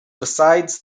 besides